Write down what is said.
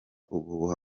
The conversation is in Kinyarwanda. ubuhuha